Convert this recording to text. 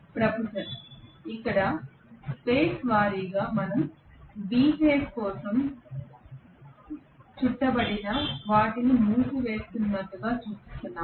professor ఇక్కడ space వారీగా మనం B ఫేజ్ కోసం గాయపడిన వాటిని మూసివేస్తున్నట్లుగా చూపిస్తున్నాము